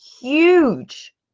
huge